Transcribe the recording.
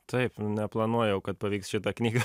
taip neplanuoju jau kad pavyks šitą knygą